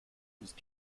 ist